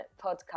Podcast